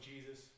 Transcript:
Jesus